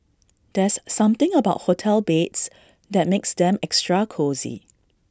there's something about hotel beds that makes them extra cosy